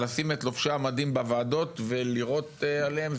הכי קל זה לשים את לובשי המדים בוועדות ולירות עליהם.